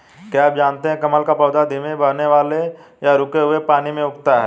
क्या आप जानते है कमल का पौधा धीमे बहने वाले या रुके हुए पानी में उगता है?